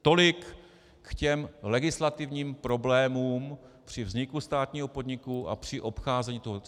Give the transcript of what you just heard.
Tolik k legislativním problémům při vzniku státního podniku a při obcházení toho.